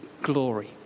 glory